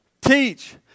Teach